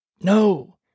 No